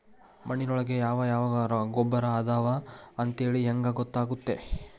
ಮಣ್ಣಿನೊಳಗೆ ಯಾವ ಯಾವ ಗೊಬ್ಬರ ಅದಾವ ಅಂತೇಳಿ ಹೆಂಗ್ ಗೊತ್ತಾಗುತ್ತೆ?